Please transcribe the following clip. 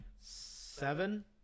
seven